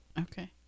Okay